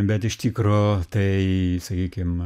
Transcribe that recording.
bet iš tikro tai sakykim